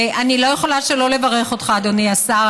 אני לא יכולה שלא לברך אותך, אדוני השר.